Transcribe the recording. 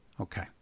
Okay